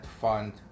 fund